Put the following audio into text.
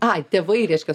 ai tėvai reiškias